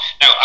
Now